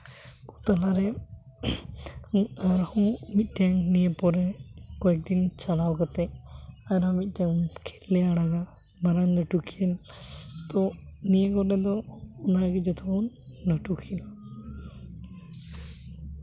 ᱛᱟᱞᱟ ᱨᱮ ᱟᱨᱦᱚᱸ ᱢᱤᱫᱴᱮᱱ ᱱᱤᱭᱟᱹ ᱯᱚᱨᱮ ᱠᱚᱭᱮᱠ ᱫᱤᱱ ᱪᱟᱞᱟᱣ ᱠᱟᱛᱮᱫ ᱟᱨᱦᱚᱸ ᱢᱤᱫᱴᱮᱱ ᱠᱷᱮᱞ ᱞᱮ ᱟᱲᱟᱜᱟ ᱢᱟᱨᱟᱝ ᱞᱟᱹᱴᱩ ᱠᱷᱮᱞ ᱛᱚ ᱱᱤᱭᱟᱹ ᱠᱚᱨᱮ ᱫᱚ ᱚᱱᱟᱜᱮ ᱡᱚᱛᱚ ᱠᱷᱚᱱ ᱞᱟᱹᱴᱩ ᱠᱷᱮᱞ